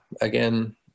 again